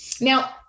now